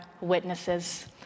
witnesses